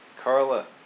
Carla